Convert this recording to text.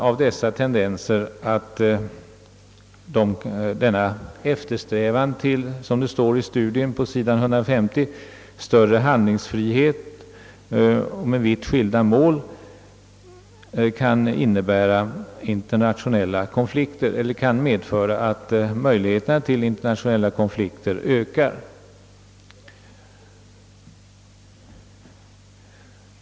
Av dessa tendenser drar man den slutsatsen, som det står på s. 150 i studien, att sådana strävanden med vitt skilda mål kan innebära internationella konflikter eller medföra ökade möjligheter till sådana.